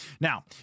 Now